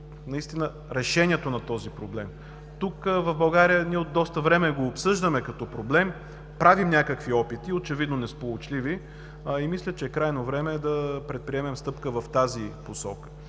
знаково решение. Тук в България от доста време го обсъждаме като проблем. Правим някакви опити, очевидно несполучливи, а и мисля, че е крайно време да предприемем стъпка в тази посока.